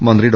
മന്ത്രി ഡോ